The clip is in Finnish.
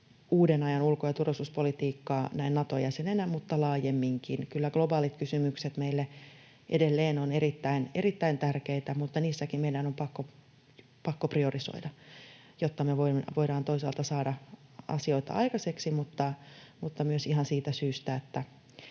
uuden ajan ulko- ja turvallisuuspolitiikkaa näin Nato-jäsenenä mutta laajemminkin. Kyllä globaalit kysymykset meille edelleen ovat erittäin tärkeitä, mutta niissäkin meidän on pakko priorisoida, jotta me voidaan toisaalta saada asioita aikaiseksi mutta myös ihan siitä syystä, että